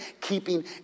keeping